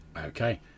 Okay